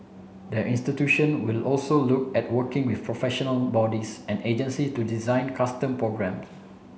the institution will also look at working with professional bodies and agency to design custom programme